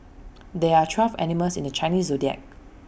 there are twelve animals in the Chinese Zodiac